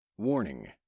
Warning